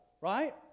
right